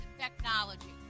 technology